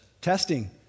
Testing